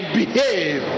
behave